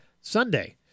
Sunday